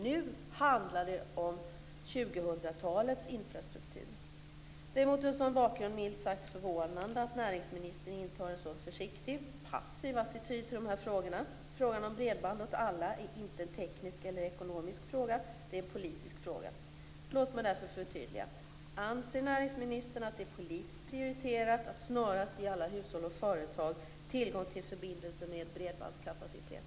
Nu handlar det om 2000-talets infrastruktur. Det är mot en sådan bakgrund milt sagt förvånande att näringsministern intar en så försiktig och passiv attityd till dessa frågor. Frågan om bredband åt alla är inte en teknisk eller en ekonomisk fråga, utan det är en politisk fråga. Låt mig därför förtydliga: Anser näringsministern att det är politiskt prioriterat att snarast ge alla hushåll och företag tillgång till förbindelser med bredbandskapacitet?